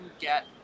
get